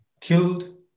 killed